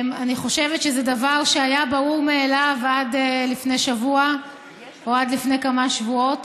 אני חושבת שזה דבר שהיה ברור מאליו עד לפני שבוע או עד לפני כמה שבועות,